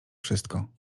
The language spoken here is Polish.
wszystko